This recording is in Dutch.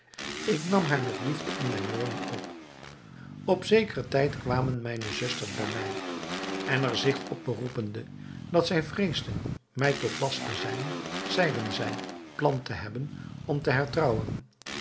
ik nam haar met liefde in mijne woning op op zekeren tijd kwamen mijne zusters bij mij en er zich op beroepende dat zij vreesden mij tot last te zijn zeiden zij plan te hebben om te hertrouwen